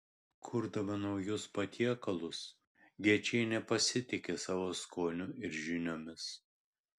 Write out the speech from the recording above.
kurdama naujus patiekalus gečienė pasitiki savo skoniu ir žiniomis